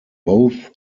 both